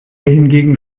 hingegen